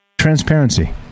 Transparency